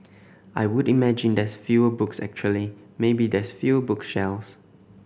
I would imagine there's fewer books actually maybe there's fewer book shelves